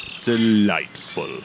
Delightful